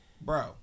Bro